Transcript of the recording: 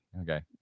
Okay